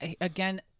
Again